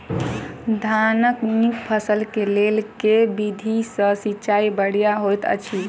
धानक नीक फसल केँ लेल केँ विधि सँ सिंचाई बढ़िया होइत अछि?